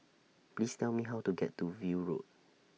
Please Tell Me How to get to View Road